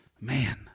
man